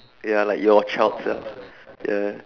ya like your child self ya